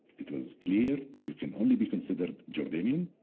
it was clear, you can only be considered jordanian,